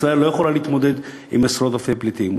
ישראל לא יכולה להתמודד עם עשרות אלפי פליטים,